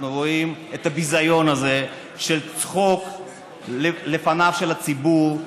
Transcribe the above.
אנחנו רואים את הביזיון הזה של צחוק בפניו של הציבור,